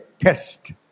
test